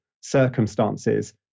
circumstances